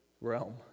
realm